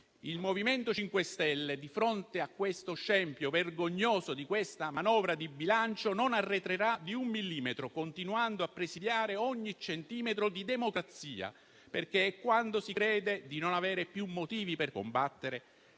Il MoVimento 5 Stelle, di fronte allo scempio vergognoso di questa manovra di bilancio, non arretrerà di un millimetro, continuando a presidiare ogni centimetro di democrazia, perché è quando si crede di non avere più motivi per combattere